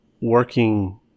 working